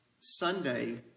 Sunday